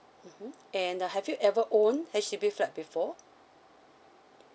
(uh huh) and have you ever own H_D_B flat before